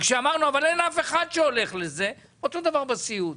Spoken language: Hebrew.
כשאמרנו: "אבל אין אף אחד שהולך לזה" אותו הדבר בסיעוד.